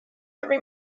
every